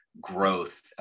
growth